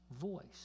voice